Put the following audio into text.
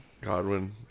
Godwin